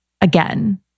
again